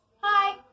Hi